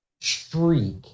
streak